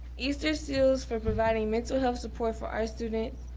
easter seals for providing mental health support for our students,